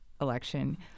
election